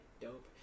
Dope